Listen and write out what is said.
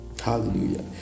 Hallelujah